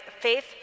faith